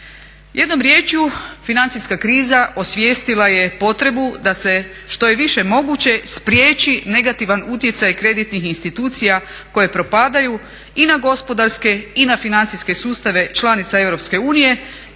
Jednom riječju financijska kriza osvijestila je potrebu da se što je više moguće spriječi negativan utjecaj kreditnih institucija koje propadaju i na gospodarske i na financijske sustave članica EU